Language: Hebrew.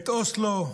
את אוסלו,